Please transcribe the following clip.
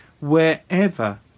wherever